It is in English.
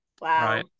wow